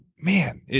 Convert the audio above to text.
man